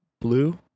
Blue